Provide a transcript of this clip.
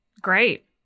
Great